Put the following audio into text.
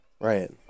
Right